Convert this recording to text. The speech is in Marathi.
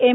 एम